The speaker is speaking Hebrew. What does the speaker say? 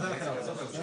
מה זה אומר?